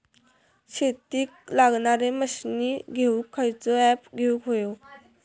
शेतीक लागणारे मशीनी घेवक खयचो ऍप घेवक होयो?